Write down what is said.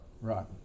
Right